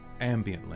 ambiently